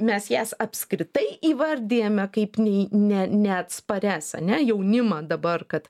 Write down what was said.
mes jas apskritai įvardijame kaip nei ne neatsparias ane jaunimą dabar kad